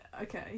Okay